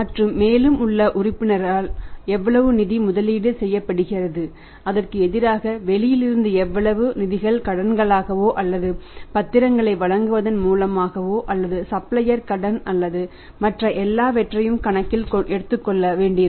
மற்றும் மேலும் உள் உறுப்பினரால் எவ்வளவு நிதி முதலீடு செய்யப்படுகிறது அதற்கு எதிராக வெளியிலிருந்து எவ்வளவு நிதிகள் கடன்களாகவோ அல்லது பத்திரங்களை வழங்குவதன் மூலமாகவோ அல்லது சப்ளையர் கடன் அல்லது மற்ற எல்லாவற்றையும் கணக்கில் எடுத்துக்கொள்ள வேண்டியிருக்கும்